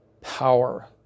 power